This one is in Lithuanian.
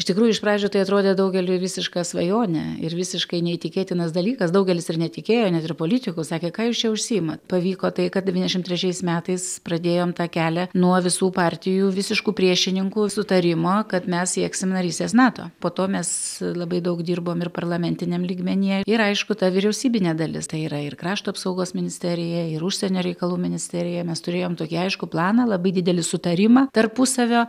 iš tikrųjų iš pradžių tai atrodė daugeliui visiška svajonė ir visiškai neįtikėtinas dalykas daugelis ir netikėjo net ir politikų sakė ką jūs čia užsiimat pavyko tai kad devyniasdešim trečiais metais pradėjom tą kelią nuo visų partijų visiškų priešininkų sutarimo kad mes sieksim narystės nato po to mes labai daug dirbom ir parlamentiniam lygmenyje ir aišku ta vyriausybinė dalis tai yra ir krašto apsaugos ministerija ir užsienio reikalų ministerija mes turėjom tokį aiškų planą labai didelį sutarimą tarpusavio